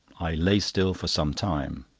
i lay still for some time.